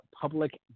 public